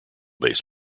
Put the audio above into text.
bass